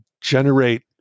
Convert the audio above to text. generate